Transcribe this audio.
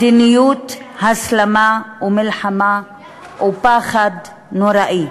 בידי ה"חמאס" מדיניות הסלמה ומלחמה ופחד נוראי.